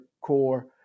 core